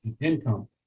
income